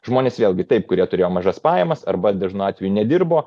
žmonės vėlgi taip kurie turėjo mažas pajamas arba dažnu atveju nedirbo